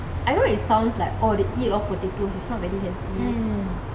I know it sounds like oh they eat a lot of potatoes it's not very healthy